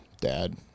dad